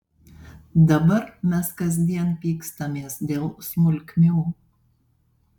dabar mes kasdien pykstamės dėl smulkmių